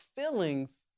feelings